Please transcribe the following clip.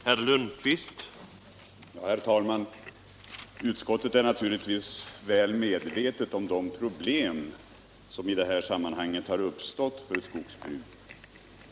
Herr talman! Utskottet är naturligtvis väl medvetet om de problem <Slybekämpningen som i det här sammanhanget har uppstått för skogsbruket.